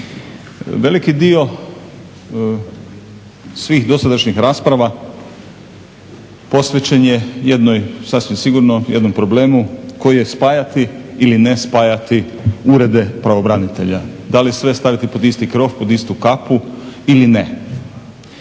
Veliki dio svih dosadašnjih rasprava posvećen je jednoj sasvim sigurno jednom problemu koji je spajati ili ne spajati urede pravobranitelja. Da li sve staviti pod isti krov, pod istu kapu ili ne.